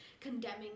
condemning